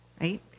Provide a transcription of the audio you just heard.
right